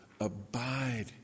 abide